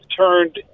turned